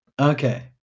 okay